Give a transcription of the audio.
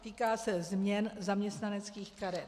Týká se změn zaměstnaneckých karet.